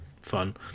fun